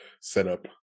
setup